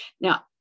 now